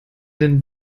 denn